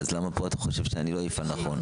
למה פה אתה חושב שאני לא אפעל נכון?